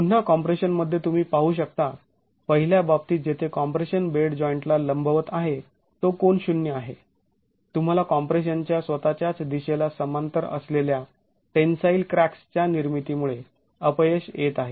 पुन्हा कॉम्प्रेशन मध्ये तुम्ही पाहू शकता पहिल्या बाबतीत जेथे कॉम्प्रेशन बेड जॉईंट ला लंबवत आहे तो कोन शून्य आहे तुम्हाला कॉम्प्रेशन च्या स्वतःच्याच दिशेला समांतर असलेल्या टेन्साईल क्रॅक्स् च्या निर्मितीमुळे अपयश येत आहे